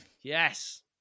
Yes